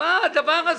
מה הדבר הזה?